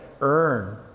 earn